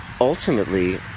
ultimately